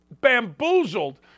bamboozled